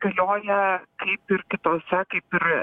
galioja kaip ir kitose kaip ir